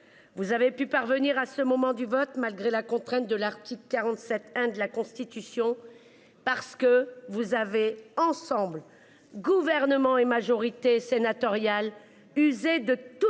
Vous avez pu parvenir à ce moment du vote malgré la contrainte de l'Arctique 47 1 de la Constitution. Parce que vous avez ensemble, gouvernement et majorité sénatoriale user de toutes